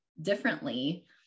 differently